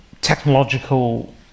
technological